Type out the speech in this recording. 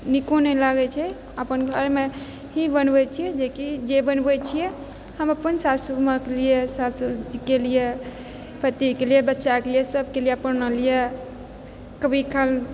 निको नहि लागैत छै अपन घरमे ही बनबैत छी जेकि जे बनबैत छियै हम अपन सासूमाँके लिए ससुरजीके लिए पतिके लिए बच्चाके लिए सभके लिए अपना लिए कभी काल